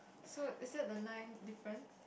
so is that the nine different